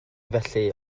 felly